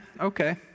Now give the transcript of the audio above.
Okay